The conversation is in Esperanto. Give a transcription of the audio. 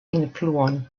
influon